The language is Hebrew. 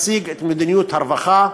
מציג את מדיניות הרווחה,